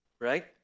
right